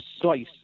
slice